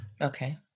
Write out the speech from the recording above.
Okay